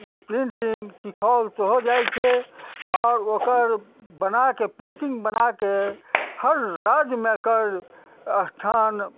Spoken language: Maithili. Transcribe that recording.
प्रिंटिंग सिखाओल सेहो जाइ छै आओर ओकर बनाके प्रिन्टिंग बनाके हर राज्यमे एकर स्थान